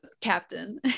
captain